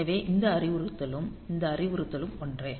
எனவே இந்த அறிவுறுத்தலும் இந்த அறிவுறுத்தலும் ஒன்றே